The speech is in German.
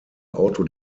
auto